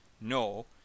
no